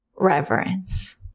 reverence